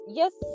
yes